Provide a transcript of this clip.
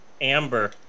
Amber